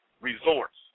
Resorts